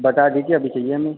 बता दीजिए अभी चाहिए हमें